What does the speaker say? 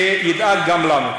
שידאג גם לנו.